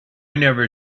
never